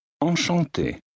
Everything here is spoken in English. Enchanté